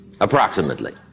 Approximately